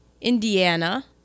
Indiana